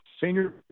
Senior